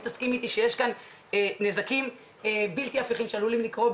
האם תסכימי אתי שיש כאן נזקים בלתי הפיכים שעלולים לקרות,